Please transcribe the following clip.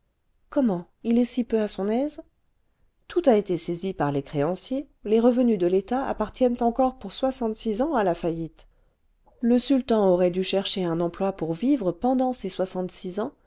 comment il est si peu à son aise tout a été saisi par les créanciers les revenus de l'etat appartiennent encore pour soixante-six ans à la faillite le sultan aurait dû chercher un emploi pour vivre pendant ces soixante-six ans